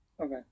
Okay